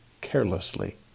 carelessly